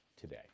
today